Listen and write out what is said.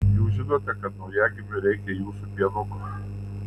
jūs žinote kad naujagimiui reikia jūsų pienuko